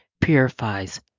purifies